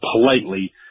politely